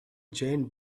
giant